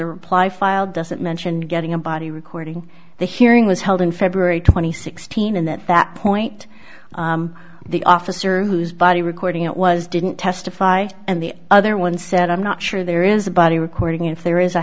a reply file does it mention getting a body recording the hearing was held in february twenty sixth seen and at that point the officer whose body recording it was didn't testify and the other one said i'm not sure there is a body recording if there is i